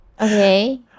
Okay